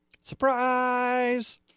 Surprise